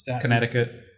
Connecticut